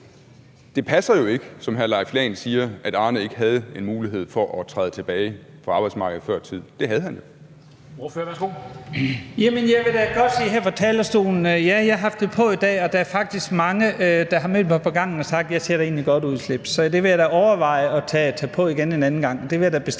Det passer jo ikke, som hr. Leif Lahn Jensen siger, at Arne ikke havde en mulighed for at træde tilbage fra arbejdsmarkedet før tid. Det havde han.